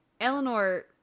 Eleanor